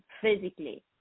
physically